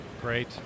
Great